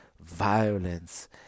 violence